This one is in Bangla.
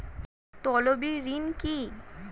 তলবি ঋণ কি?